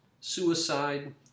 suicide